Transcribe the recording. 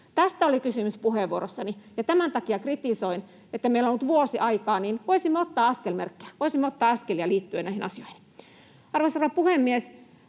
Tästä oli kysymys puheenvuorossani, ja tämän takia kritisoin, että meillä on ollut vuosi aikaa, niin että voisimme ottaa askelmerkkejä, voisimme ottaa askelia liittyen näihin asioihin. Arvoisa herra